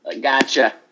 Gotcha